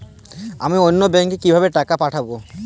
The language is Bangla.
আমি অন্য ব্যাংকে কিভাবে টাকা পাঠাব?